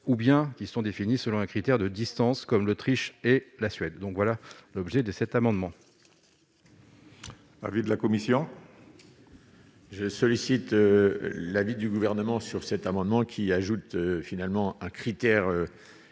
ou bien qui sont définis selon un critère de distance, comme l'Autriche et la Suède, donc voilà l'objet de cet amendement. Avis de la commission. Je sollicite l'avis du Gouvernement sur cet amendement, qui ajoute : finalement à critère